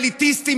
האליטיסטים,